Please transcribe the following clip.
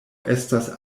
estas